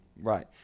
right